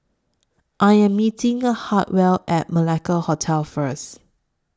I Am meeting A Hartwell At Malacca Hotel First